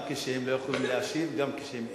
גם כשהם לא יכולים להשיב וגם כשהם אינם.